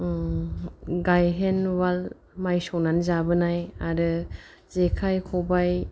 गायहेन उवाल माय सौनानै जाबोनाय आरो जेखाय खबाय